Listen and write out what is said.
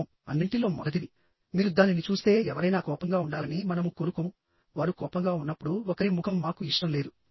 కోపం అన్నింటిలో మొదటిది మీరు దానిని చూస్తే ఎవరైనా కోపంగా ఉండాలని మనము కోరుకోము వారు కోపంగా ఉన్నప్పుడు ఒకరి ముఖం మాకు ఇష్టం లేదు